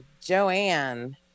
Joanne